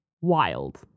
wild